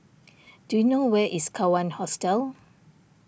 do you know where is Kawan Hostel